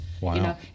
wow